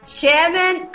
chairman